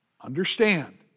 Understand